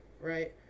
right